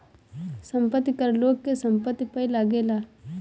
संपत्ति कर लोग के संपत्ति पअ लागेला